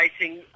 racing